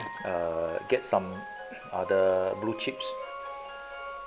err get some other blue chips